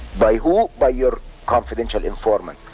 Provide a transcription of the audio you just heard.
by who? by your confidential informant.